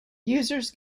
users